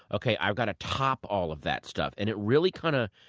ok, i've got to top all of that stuff. and it really kind of,